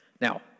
Now